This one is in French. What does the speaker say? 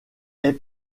est